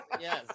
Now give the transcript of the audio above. yes